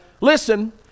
Listen